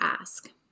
ask